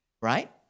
right